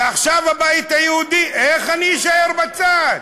ועכשיו, הבית היהודי: איך אני אשאר בצד?